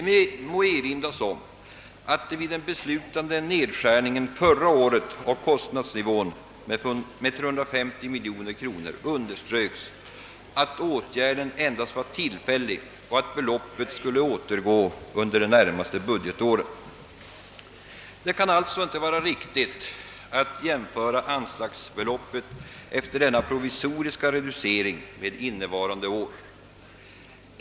Det må erinras om att det vid den beslutade nedskärningen av kostnadsnivån med 350 miljoner kronor förra året underströks att åtgärden endast var tillfällig och att beloppet skulle återgå under de närmaste budgetåren. Sålunda kan det inte vara riktigt att jämföra an slagsbeloppet efter denna provisoriska reducering med innevarande års.